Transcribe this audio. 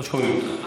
לא שומעים אותך.